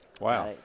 Wow